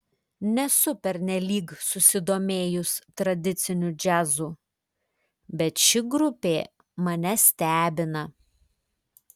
nesu pernelyg susidomėjus tradiciniu džiazu bet ši grupė mane stebina